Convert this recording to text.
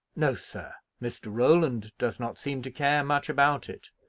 no, sir mr. roland does not seem to care much about it.